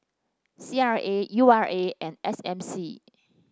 C R A U R A and S M C